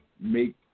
make